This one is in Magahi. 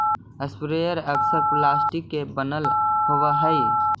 स्प्रेयर अक्सर प्लास्टिक के बनल होवऽ हई